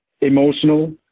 emotional